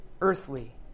earthly